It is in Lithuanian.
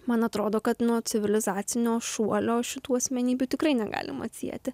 man atrodo kad nuo civilizacinio šuolio šitų asmenybių tikrai negalima atsieti